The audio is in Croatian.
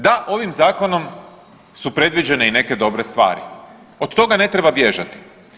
Da, ovim zakonom su predviđene i neke dobre stvari, od toga ne treba bježati.